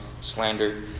slander